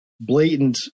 blatant